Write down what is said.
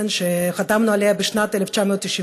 שחתמנו עליה בשנת 1994,